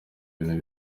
bintu